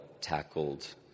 tackled